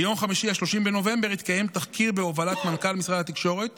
ביום חמישי 30 בנובמבר התקיים תחקיר בהובלת מנכ"ל משרד התקשורת